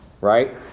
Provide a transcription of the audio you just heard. right